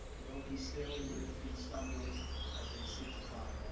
broken stairways, where the feet stumble as they seek to climb.